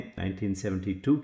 1972